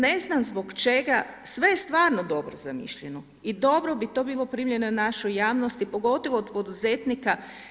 Ne znam zbog čega, sve je stvarno dobro zamišljeno i dobro bi to bilo primljeno u našoj javnosti pogotovo od poduzetnika.